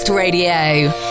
Radio